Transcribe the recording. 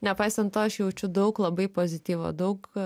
nepaisant to aš jaučiu daug labai pozityvo daug